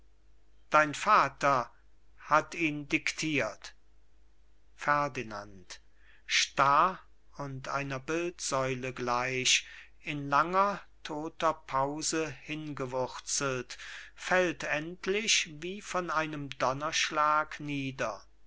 verdammte dein vater hat ihn dictiert ferdinand starr und einer bildsäule gleich in langer todter pause hingewurzelt fällt endlich wie von einem donnerschlag